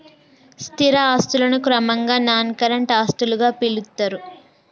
స్థిర ఆస్తులను క్రమంగా నాన్ కరెంట్ ఆస్తులుగా పిలుత్తరు